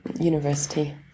University